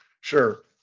Sure